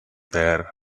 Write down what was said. there